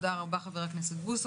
תודה רבה, חבר הכנסת בוסו.